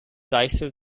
deichsel